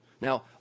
Now